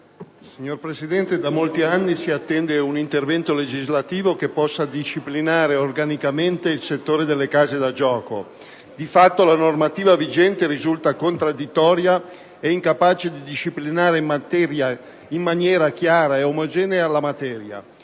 Signor Presidente, da molti anni si attende un intervento legislativo che possa disciplinare organicamente il settore delle case da gioco. Di fatto, la normativa vigente risulta contraddittoria ed incapace di disciplinare in maniera chiara ed omogenea la materia.